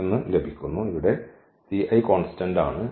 ഇവിടെ കോൺസ്റ്റൻന്റ് ആണ്